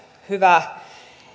hyvä